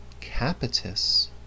capitis